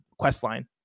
questline